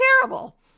terrible